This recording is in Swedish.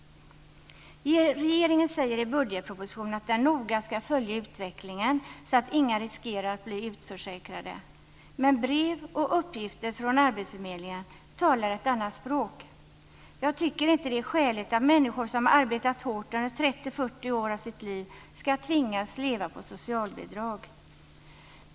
Regeringen säger i budgetpropositionen att den noga ska följa utvecklingen, så att inga riskerar att bli utförsäkrade. Men brev och uppgifter från arbetsförmedlingar talar ett annat språk. Jag tycker inte att det är skäligt att människor som har arbetat hårt under 30-40 år av sina liv ska tvingas leva på socialbidrag.